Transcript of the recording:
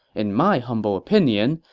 in my humble opinion,